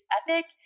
epic